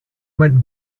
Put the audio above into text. went